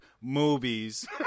movies